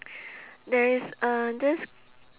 there is uh this